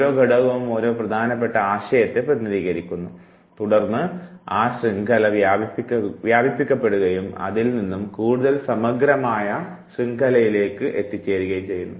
ഓരോ ഘടകവും ഓരോ പ്രധാനപെട്ട ആശയത്തെ പ്രതിനിധീകരിക്കുന്നു തുടർന്ന് ആ ശൃംഖല വ്യപിപ്പിക്കപ്പെടുകയും അതിൽ നിന്നും കൂടുതൽ സമഗ്രമായ ശൃംഖലയിലേക്ക് എത്തിച്ചേരുകയും ചെയ്യുന്നു